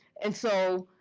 and so,